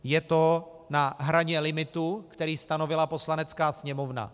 Je to na hraně limitu, který stanovila Poslanecká sněmovna.